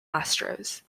astros